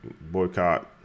Boycott